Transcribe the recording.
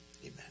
amen